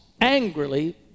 angrily